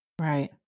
Right